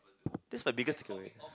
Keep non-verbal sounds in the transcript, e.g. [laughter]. [noise] that's my biggest takeaway